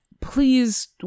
Please